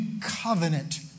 covenant